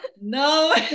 no